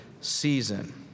season